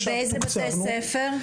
ובאיזה בתי ספר?